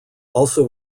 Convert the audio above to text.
also